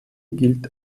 gilt